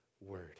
word